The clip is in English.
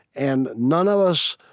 and none of us,